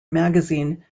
magazine